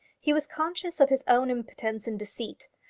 he was conscious of his own impotence in deceit.